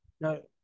No